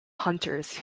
hunters